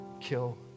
kill